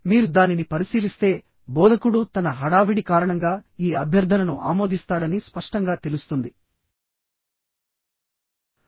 మీరు దానిని పరిశీలిస్తే బోధకుడు తన హడావిడి కారణంగా ఈ అభ్యర్థనను ఆమోదిస్తాడని స్పష్టంగా తెలుస్తుంది